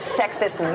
sexist